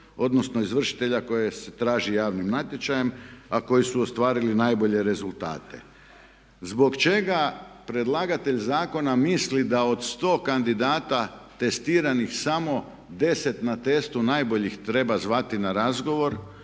odnosno izvršitelja koji se traži javnim natječajem a koji su ostvarili najbolje rezultate. Zbog čega predlagatelj zakona misli da od 100 kandidat testiranih 10 na testu najboljih treba zvati na razgovor,